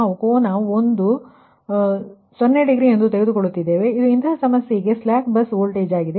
ನಾವು 1 ಕೋನ 0 ಡಿಗ್ರಿ ತೆಗೆದುಕೊಳ್ಳುತ್ತಿದ್ದೇವೆ ಇದು ಈ ಸಮಸ್ಯೆಗೆ ಸ್ಲಾಕ್ ಬಸ್ ವೋಲ್ಟೇಜ್ ಆಗಿದೆ